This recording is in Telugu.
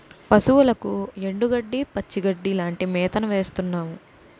పశువులకు ఎండుగడ్డి, పచ్చిగడ్డీ లాంటి మేతను వేస్తున్నాము